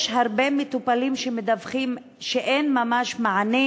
יש הרבה מטופלים שמדווחים שאין ממש מענה